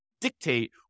dictate